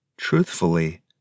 Truthfully